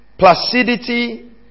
Placidity